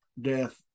death